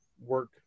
work